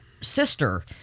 sister